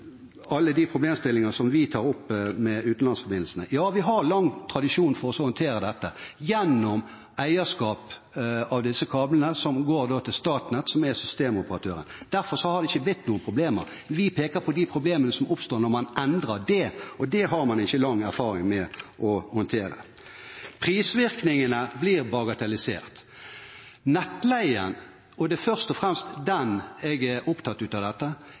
håndtere dette gjennom eierskap av kablene, som går til Statnett, som er systemoperatør. Derfor har det ikke blitt noen problemer. Vi peker på de problemene som oppstår når man endrer det, og det har man ikke lang erfaring med å håndtere. Prisvirkningene blir bagatellisert. Nettleien – og det er først og fremst den jeg er opptatt av i dette